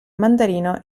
mandarino